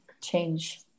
change